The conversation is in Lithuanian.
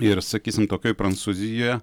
ir sakysim tokioj prancūzijoje